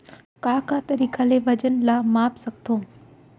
का का तरीक़ा ले वजन ला माप सकथो?